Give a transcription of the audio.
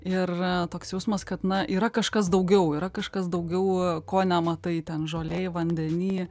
ir toks jausmas kad na yra kažkas daugiau yra kažkas daugiau ko nematai ten žolėj vandeny